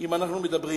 אם אנחנו מדברים